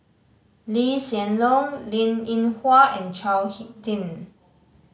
Lee Hsien Loong Linn In Hua and Chao Hick Tin